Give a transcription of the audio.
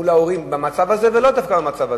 מול ההורים במצב הזה, ולאו דווקא במצב הזה.